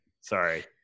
Sorry